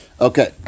Okay